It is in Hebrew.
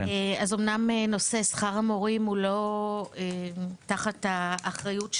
אז אמנם נושא שכר המורים הוא לא תחת האחריות שלנו,